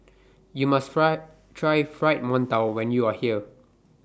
YOU must Try Try Fried mantou when YOU Are here